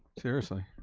seriously.